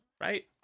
right